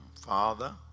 Father